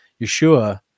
yeshua